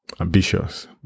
ambitious